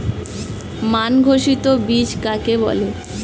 মান ঘোষিত বীজ কাকে বলে?